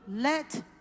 Let